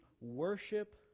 worship